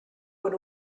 por